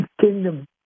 Kingdom